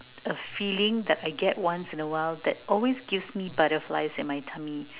a feeling that I get once in a while that always gives me butterflies in my tummy